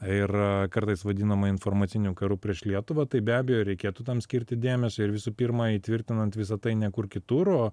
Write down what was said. ir kartais vadinama informaciniu karu prieš lietuvą tai be abejo reikėtų tam skirti dėmesį ir visų pirma įtvirtinant visa tai ne kur kitur o